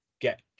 get